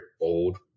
old